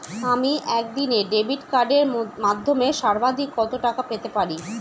আমি একদিনে ডেবিট কার্ডের মাধ্যমে সর্বাধিক কত টাকা পেতে পারি?